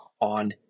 on